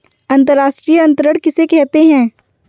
अंतर्राष्ट्रीय अंतरण किसे कहते हैं?